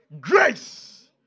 grace